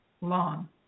long